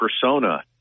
persona